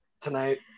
tonight